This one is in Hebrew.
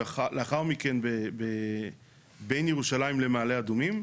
ולאחר מכן בין ירושלים למעלה אדומים.